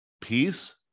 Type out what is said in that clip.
peace